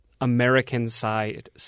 American-side